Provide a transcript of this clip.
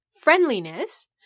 friendliness